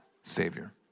savior